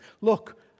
look